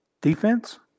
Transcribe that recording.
Defense